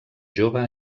jove